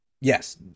yes